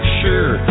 sure